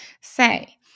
Say